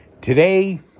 Today